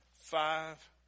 five